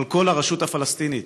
אבל כל הרשות הפלסטינית,